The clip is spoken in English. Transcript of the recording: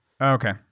Okay